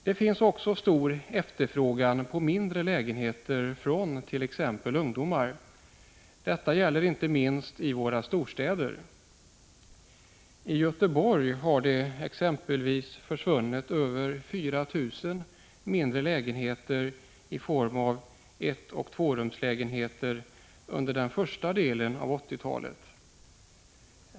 Det finns också stor efterfrågan på mindre lägenheter från t.ex. ungdomar. Detta gäller inte minst i våra storstäder. I Göteborg har det exempelvis försvunnit över 4 000 mindre lägenheter i form av enoch tvårumslägenheter under den första delen av 1980-talet.